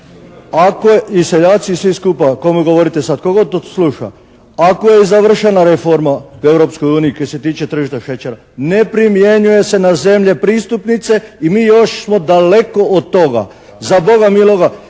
… I seljaci i svi skupa komu govorite sad, tko god to sluša. Ako je završena reforma u Europskoj uniji kaj se tiče tržišta šećera, ne primjenjuje se na zemlje pristupnice i mi još smo daleko od toga. Za Boga miloga